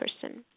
person